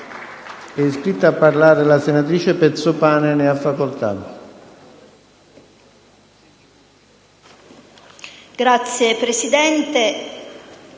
È iscritta a parlare la senatrice De Petris. Ne ha facoltà.